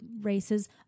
races